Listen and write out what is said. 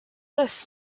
list